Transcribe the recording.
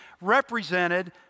represented